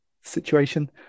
situation